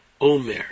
omer